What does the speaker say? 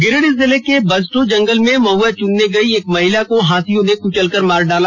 गिरिडीह जिले के बजटो जंगल में महआ चुनने गई एक महिला को हाथियों ने कुचल कर मार डाला